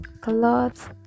clothes